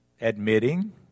admitting